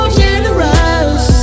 generous